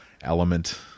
element